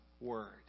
word